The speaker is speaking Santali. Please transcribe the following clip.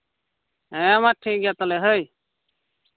ᱦᱮᱸ ᱢᱟ ᱴᱷᱤᱠ ᱜᱮᱭᱟ ᱛᱟᱦᱞᱮ ᱦᱳᱭ